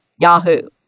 Yahoo